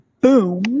boom